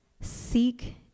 Seek